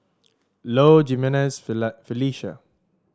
Low Jimenez Felicia